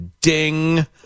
Ding